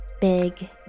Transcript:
big